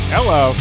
Hello